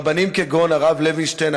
רבנים כגון הרב לוינשטיין,